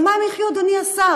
ממה הן יחיו, אדוני השר?